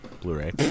Blu-ray